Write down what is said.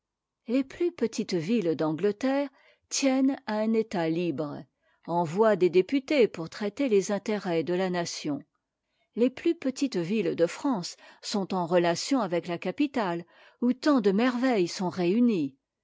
les plus petites villes d'angleterre tiennent à un état libre envoient des députés pour traiter les intérêts de la nation les plus petites villes de france sont en relation avec la capitale où tant de merveilles sont réunies